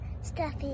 stuffy